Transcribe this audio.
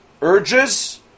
urges